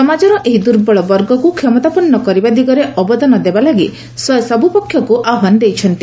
ସମାଜର ଏହି ଦୂର୍ବଳ ବର୍ଗକୁ କ୍ଷମତାପନ୍ନ କରିବା ଦିଗରେ ଅବଦାନ ଦେବା ଲାଗି ସେ ସବୁପକ୍ଷକୁ ଆହ୍ୱାନ ଦେଇଛନ୍ତି